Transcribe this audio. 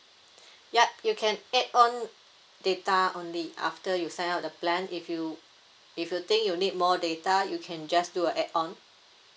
yup you can add on data only after you sign up the plan if you if you think you need more data you can just do a add on